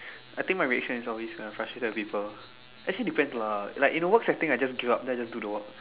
I think my reactions is always a frustrated with people actually depends lah like in a work setting I just give up then I just do the work